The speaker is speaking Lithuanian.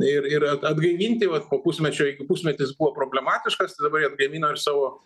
ir ir a atgaivinti vat po pusmečio jeigu pusmetis buvo problematiškas tai dabar jie gamino ir savo